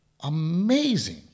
amazing